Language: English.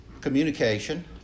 Communication